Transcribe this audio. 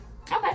okay